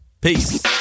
Peace